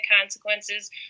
consequences